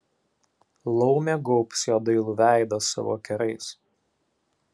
laumė gaubs jo dailų veidą savo kerais